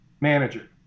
manager